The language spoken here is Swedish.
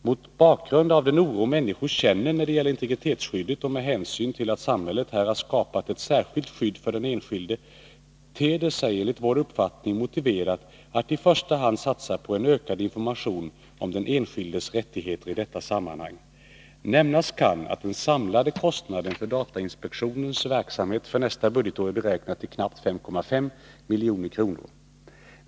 Mot bakgrund av den oro människor känner när det gäller integritetsskyddet och med hänsyn till att samhället här har skapat ett särskilt skydd för den enskilde ter det sig enligt vår uppfattning motiverat att i första hand satsa på en ökad information om den enskildes rättigheter i detta sammanhang. Nämnas kan att den samlade kostnaden för datainspektionens verksamhet för nästa budgetår är beräknad till knappt 5,5 milj.kr.